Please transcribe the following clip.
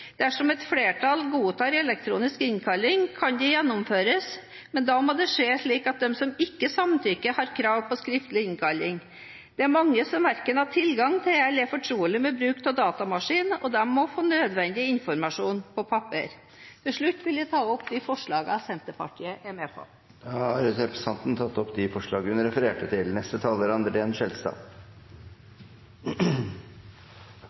Dersom et flertall godtar elektronisk innkalling, kan det gjennomføres, men da slik at de som ikke samtykker, har krav på skriftlig innkalling. Det er mange som verken har tilgang til eller er fortrolig med bruk av datamaskin, og de må få nødvendig informasjon på papir. Til slutt vil jeg ta opp de forslagene Senterpartiet er med på. Representanten Heidi Greni har tatt opp de forslagene hun refererte til. Jeg er